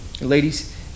Ladies